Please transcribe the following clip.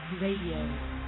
Radio